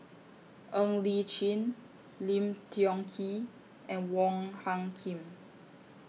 Ng Li Chin Lim Tiong Ghee and Wong Hung Khim